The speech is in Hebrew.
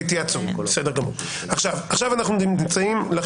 ככל שיכרסמו בו, אני לא יכול להביא תוצאות.